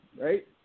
right